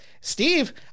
Steve